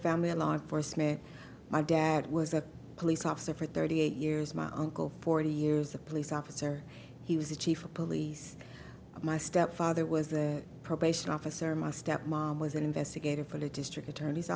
family law enforcement my dad was a police officer for thirty eight years my uncle forty years the police officer he was the chief of police my stepfather was the probation officer my step mom was an investigator for the district attorney's